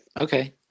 Okay